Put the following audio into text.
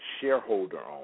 shareholder-owned